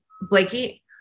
Blakey